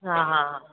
हा हा हा